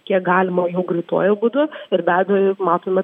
kiek galima jau greituoju būdu ir be abejo ir matome